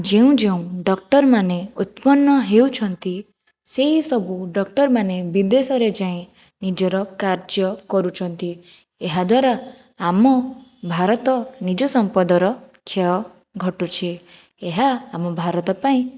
ଯେଉଁ ଯେଉଁ ଡକ୍ଟରମାନେ ଉତ୍ପନ୍ନ ହେଉଛନ୍ତି ସେହିସବୁ ଡକ୍ଟରମାନେ ବିଦେଶରେ ଯାଇ ନିଜର କାର୍ଯ୍ୟ କରୁଛନ୍ତି ଏହାଦ୍ୱାରା ଆମ ଭାରତ ନିଜ ସମ୍ପଦର କ୍ଷୟ ଘଟୁଛି ଏହା ଆମ ଭାରତ ପାଇଁ